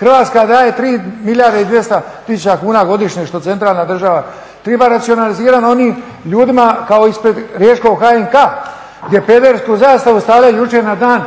Hrvatska daje tri milijarde i dvjesto tisuća kuna što centralna država treba racionalizirat na onim ljudima kao ispred Riječkog HNK-a gdje pedersku zastavu stavljaju jučer na Dan